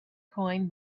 coin